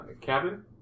cabin